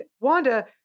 Wanda